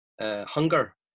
hunger